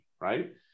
right